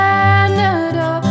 Canada